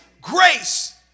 grace